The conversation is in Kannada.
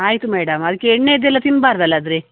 ಆಯಿತು ಮೇಡಮ್ ಅದಕ್ಕೆ ಎಣ್ಣೆದೆಲ್ಲ ತಿನ್ನಬಾರ್ದಲ್ಲ ಆದ್ರೆ